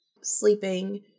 sleeping